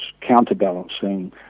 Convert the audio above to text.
counterbalancing